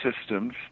systems